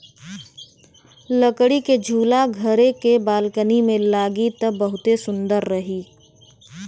लकड़ी के झूला घरे के बालकनी में लागी त बहुते सुंदर रही